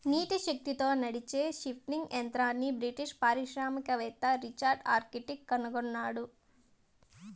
నీటి శక్తితో నడిచే స్పిన్నింగ్ యంత్రంని బ్రిటిష్ పారిశ్రామికవేత్త రిచర్డ్ ఆర్క్రైట్ కనుగొన్నాడు